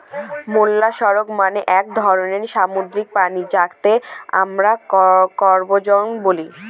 molluscs মানে এক ধরনের সামুদ্রিক প্রাণী যাকে আমরা কম্বোজ বলি